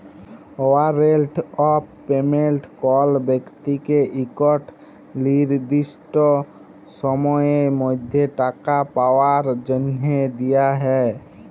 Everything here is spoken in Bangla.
ওয়ারেল্ট অফ পেমেল্ট কল ব্যক্তিকে ইকট লিরদিসট সময়ের মধ্যে টাকা পাউয়ার জ্যনহে দিয়া হ্যয়